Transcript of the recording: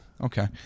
Okay